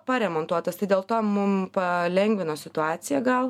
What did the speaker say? paremontuotas tai dėl to mum palengvino situaciją gal